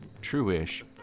true-ish